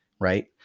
Right